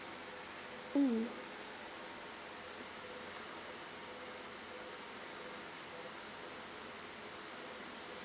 mm